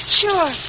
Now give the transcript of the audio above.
sure